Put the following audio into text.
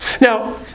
Now